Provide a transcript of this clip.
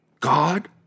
God